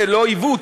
לא עיוות,